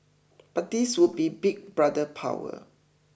but this would be Big Brother power